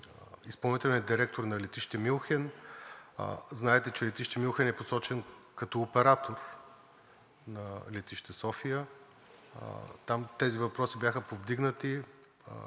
изпълнителния директор на летище Мюнхен, знаете, че летище Мюнхен е посочен като оператор на летище София, там тези въпроси бяха повдигнати,